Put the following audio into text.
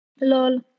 Lol